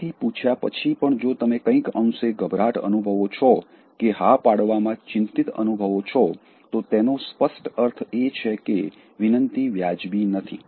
માહિતી પૂછ્યા પછી પણ જો તમે કંઈક અંશે ગભરાટ અનુભવો છો કે હા પાડવામાં ચિંતિત અનુભવો છો તો તેનો સ્પષ્ટ અર્થ એ છે કે વિનંતી વ્યાજબી નથી